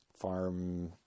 farm